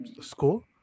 school